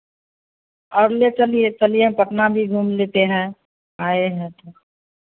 और ले चलिये चलिये हम पटना भी घूम लेते हैं आये हैं तो